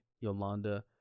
Yolanda